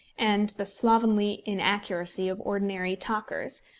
and the slovenly inaccuracy of ordinary talkers,